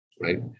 right